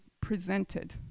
presented